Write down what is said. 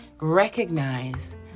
recognize